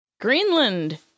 Greenland